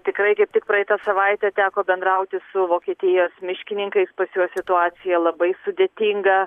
tikrai kaip tik praeitą savaitę teko bendrauti su vokietijos miškininkais pas juos situacija labai sudėtinga